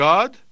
God